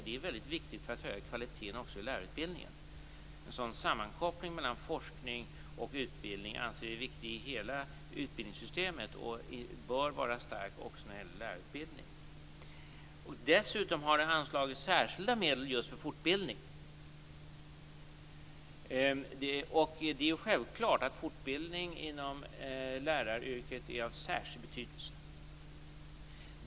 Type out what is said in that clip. Den är väldigt viktig för att höja kvaliteten också i lärarutbildningen. En sådan här sammankoppling mellan forskning och utbildning anser regeringen vara viktig i hela utbildningssystemet. Den bör vara stark också när det gäller lärarutbildningen. Dessutom har särskilda medel anslagits just till fortbildning. Fortbildning inom läraryrket är självfallet av särskild betydelse.